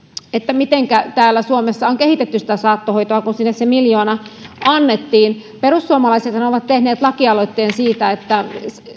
mitenkä täällä suomessa on kehitetty saattohoitoa kun sinne se miljoona annettiin perussuomalaisethan ovat tehneet lakialoitteen siitä että